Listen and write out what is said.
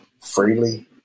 freely